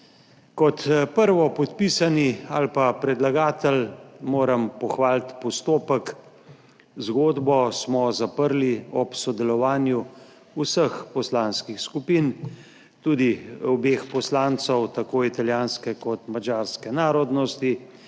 Kot prvo, podpisani ali pa predlagatelj moram pohvaliti postopek. Zgodbo smo zaprli ob sodelovanju vseh poslanskih skupin, tudi obeh poslancev tako italijanske kot madžarske narodnosti